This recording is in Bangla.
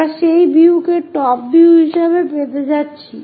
আমরা সেই ভিউকেই টপ ভিউ হিসেবে পেতে যাচ্ছি